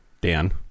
dan